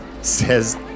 says